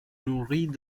nourris